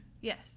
Yes